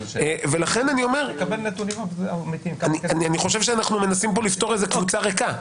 לכן אני אומר שאני חושב שאנחנו מנסים כאן לפתור איזו קבוצה ריקה.